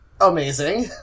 Amazing